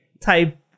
type